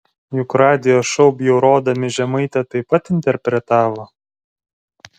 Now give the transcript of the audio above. juk radijo šou bjaurodami žemaitę taip pat interpretavo